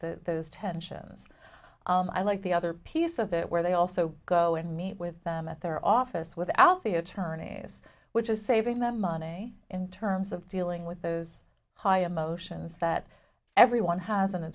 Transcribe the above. deescalate the tensions i like the other piece of that where they also go and meet with them at their office without the attorneys which is saving them money in terms of dealing with those high emotions that everyone has in a